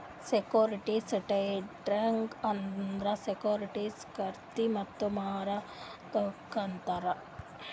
securities trading ಅಂದುರ್ securities ಖರ್ದಿ ಮತ್ತ ಮಾರದುಕ್ ಅಂತಾರ್